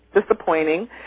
disappointing